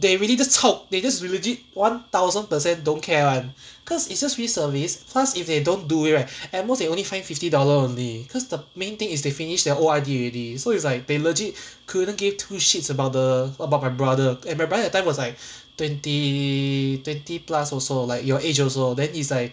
they really just chao they just legit one thousand percent don't care one cause it's just reservice plus if they don't do it right at most they only fined fifty dollar only cause the main thing is they finished their O_R_D already so it's like they legit couldn't give two shits about the about my brother and my brother that time was like twenty twenty plus also like your age also then it's like